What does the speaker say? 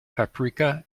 paprika